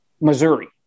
Missouri